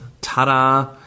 ta-da